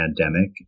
pandemic